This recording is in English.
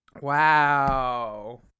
Wow